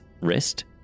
wrist